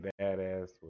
Badass